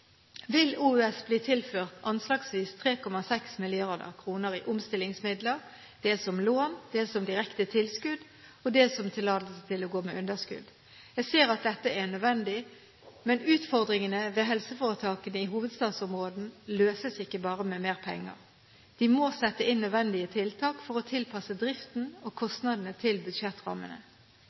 vil OUS bli tilført anslagsvis 3,6 mrd. kr i omstillingsmidler, dels som lån, dels som direkte tilskudd og dels som tillatelse til å gå med underskudd. Jeg ser at dette er nødvendig. Men utfordringene med helseforetakene i hovedstadsområdet løses ikke bare med mer penger. De må sette inn nødvendige tiltak for å tilpasse driften og kostnadene til budsjettrammene.